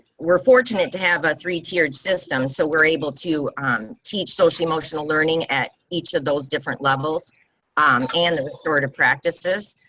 we're fortunate to have a three tiered system, so we're able to um teach social emotional learning at each of those different levels um and the sort of practices,